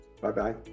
Bye-bye